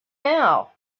now